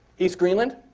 east greenland.